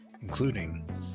including